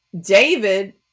David